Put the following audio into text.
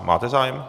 Máte zájem?